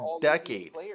decade